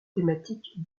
thématiques